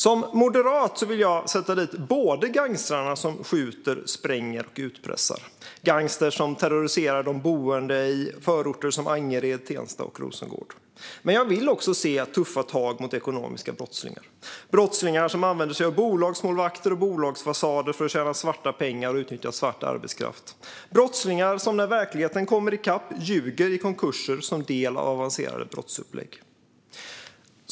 Som moderat vill jag sätta dit gangstrarna som skjuter, spränger och utpressar - gangstrar som terroriserar de boende i förorter som Angered, Tensta och Rosengård. Men jag vill också se tuffa tag mot ekonomiska brottslingar, brottslingar som använder sig av bolagsmålvakter och bolagsfasader för att tjäna svarta pengar och utnyttja svart arbetskraft, brottslingar som när verkligheten kommer i kapp ljuger i konkurser som en del av avancerade brottsupplägg.